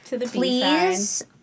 Please